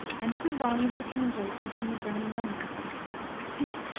and two volumes of translations from the german romancers tieck,